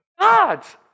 God's